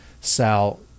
Sal